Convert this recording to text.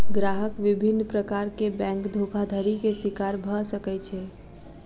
ग्राहक विभिन्न प्रकार के बैंक धोखाधड़ी के शिकार भअ सकै छै